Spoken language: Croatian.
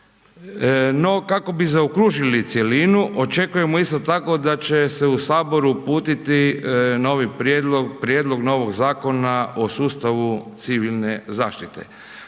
no kako bi zaokružili cjelinu, očekujemo isto tako da će se u Saboru uputiti novi prijedlog, prijedlog novog Zakona o sustavu civilne zaštite.